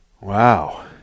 wow